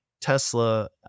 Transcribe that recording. Tesla